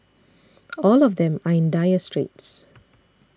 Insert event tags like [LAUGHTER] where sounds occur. [NOISE] all of them are in dire straits